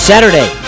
Saturday